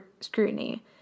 scrutiny